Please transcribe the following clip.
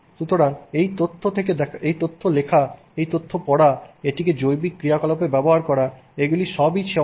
সুতরাং এই তথ্য লেখা এই তথ্য পড়া এটিকে জৈবিক ক্রিয়াকলাপে ব্যবহার করা এগুলি সবই সম্ভব যা আপনি আজকে আশেপাশে দেখেন